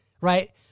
right